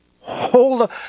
hold